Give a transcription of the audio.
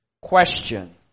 question